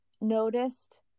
noticed